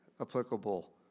applicable